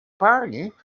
pardon